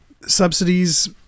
subsidies